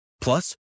Plus